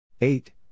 eight